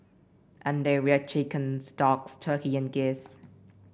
and they reared chickens ducks turkey and geese